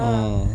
uh